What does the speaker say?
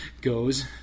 goes